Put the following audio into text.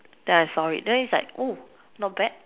then I saw it then it's like oh not bad